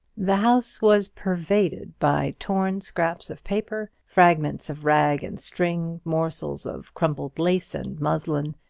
the house was pervaded by torn scraps of paper, fragments of rag and string, morsels of crumpled lace and muslin,